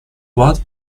what